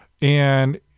And-